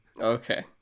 Okay